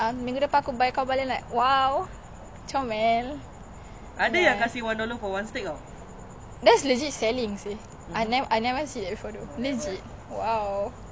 we try to be but we are not standard